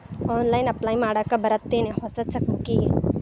online apply ಮಾಡಾಕ್ ಬರತ್ತೇನ್ ಹೊಸ ಚೆಕ್ ಬುಕ್ಕಿಗಿ